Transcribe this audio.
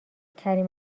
کریم